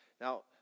Now